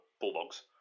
Bulldogs